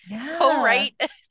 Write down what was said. co-write